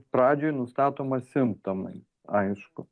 pradžioj nustatoma simptomai aišku